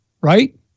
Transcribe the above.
right